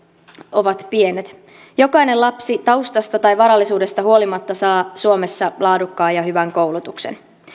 ovat pienet jokainen lapsi taustasta tai varallisuudesta huolimatta saa suomessa laadukkaan ja hyvän koulutuksen